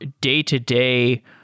day-to-day